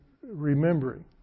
remembering